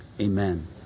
amen